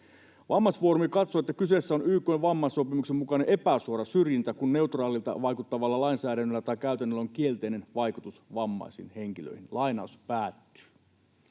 Vammaisfoorumi katsoo, että kyseessä on YK:n vammaissopimuksen mukainen epäsuora syrjintä, kun neutraalilta vaikuttavalla lainsäädännöllä tai käytännöllä on kielteinen vaikutus vammaisiin henkilöihin.” Arvoisa